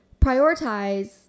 prioritize